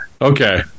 okay